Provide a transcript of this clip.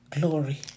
glory